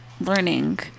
learning